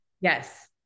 Yes